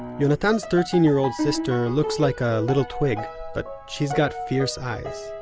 yonatan's thirteen-year-old sister looks like a little twig but she's got fierce eyes.